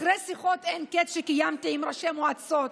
אחרי שיחות אין קץ שקיימתי עם ראשי מועצות,